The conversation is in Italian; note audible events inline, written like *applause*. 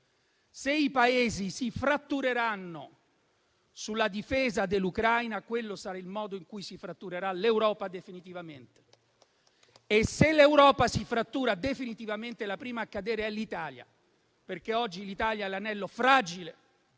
Se i Paesi si frattureranno sulla difesa dell'Ucraina, quello sarà il modo in cui si fatturerà l'Europa definitivamente. *applause* E se l'Europa si frattura definitivamente, la prima a cadere è l'Italia, perché oggi è l'anello fragile